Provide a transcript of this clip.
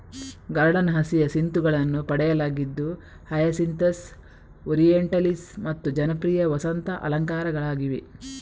garden ಹಸಿಯಸಿಂತುಗಳನ್ನು ಪಡೆಯಲಾಗಿದ್ದು hyacinthus, orientalis ಮತ್ತು ಜನಪ್ರಿಯ ವಸಂತ ಅಲಂಕಾರಿಕಗಳಾಗಿವೆ